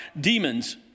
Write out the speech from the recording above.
demons